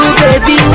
baby